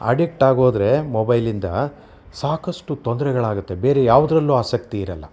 addict ಆಗೋದ್ರೆ ಮೊಬೈಲಿಂದ ಸಾಕಷ್ಟು ತೊಂದರೆಗಳಾಗುತ್ತೆ ಬೇರೆ ಯಾವುದ್ರಲ್ಲೂ ಆಸಕ್ತಿ ಇರಲ್ಲ